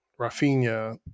Rafinha